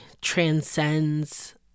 transcends